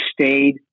stayed